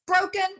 broken